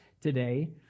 today